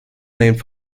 named